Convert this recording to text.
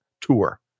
tour